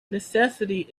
necessity